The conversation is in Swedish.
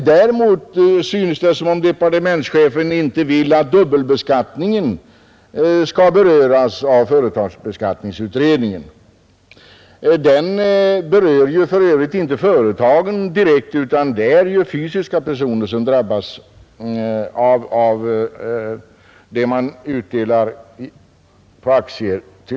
Däremot synes det som om departementschefen inte vill att dubbelbeskattningen skall behandlas av utredningen. Dubbelbeskattningen berör för övrigt inte företagen direkt, utan det är fysiska personer som drabbas av den vid utdelning på aktier.